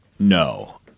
no